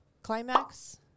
Climax